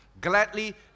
gladly